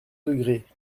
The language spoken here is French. degrés